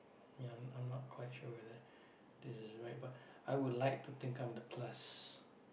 ya I'm I'm not quite sure whether this is right but I would like to think I'm the plus